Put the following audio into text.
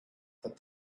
that